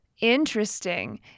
interesting